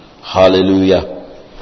Hallelujah